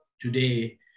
today